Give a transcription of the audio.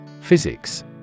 Physics